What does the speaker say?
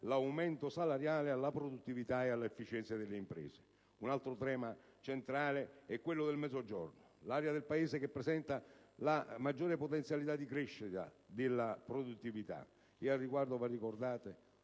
l'aumento salariale alla produttività e all'efficienza delle imprese. Un altro tema centrale è quello del Mezzogiorno, l'area del Paese che presenta la maggiore potenzialità di crescita rispetto alla produttività. Al riguardo va ricordato